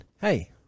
hey